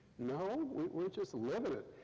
no. we're just living it.